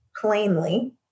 plainly